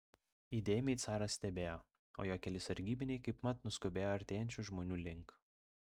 įdėmiai caras stebėjo o jo keli sargybiniai kaipmat nuskubėjo artėjančių žmonių link